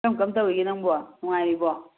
ꯀꯔꯝ ꯀꯔꯝ ꯇꯧꯔꯤꯒꯦ ꯅꯪꯕꯣ ꯅꯨꯡꯉꯥꯏꯔꯤꯕꯣ